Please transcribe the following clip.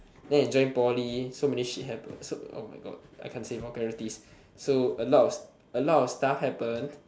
then I join poly so many shit happen so oh my god I can't say vulgarities so a lot a lot of stuff happened